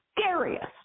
scariest